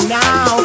now